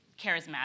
charismatic